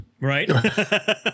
right